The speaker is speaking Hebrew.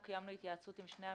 קיימנו התייעצות עם שני המתמודדים.